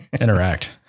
Interact